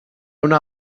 una